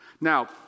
Now